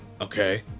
Okay